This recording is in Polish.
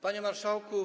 Panie Marszałku!